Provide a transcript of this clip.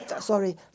sorry